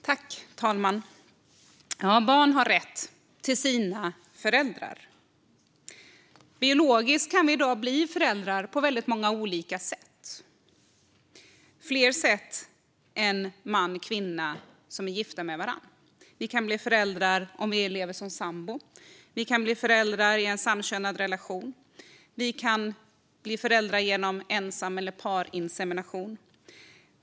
Fru talman! Barn har rätt till sina föräldrar. Biologiskt kan vi i dag bli föräldrar på väldigt många olika sätt - fler sätt än i en relation mellan en man och en kvinna som är gifta med varandra. Vi kan bli föräldrar om vi lever som sambor. Vi kan bli föräldrar i en samkönad relation. Vi kan bli föräldrar genom ensam eller parinsemination.